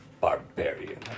barbarian